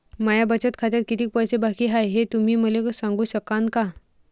माया बचत खात्यात कितीक पैसे बाकी हाय, हे तुम्ही मले सांगू सकानं का?